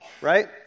right